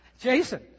Jason